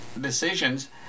decisions